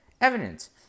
evidence